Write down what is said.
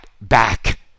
back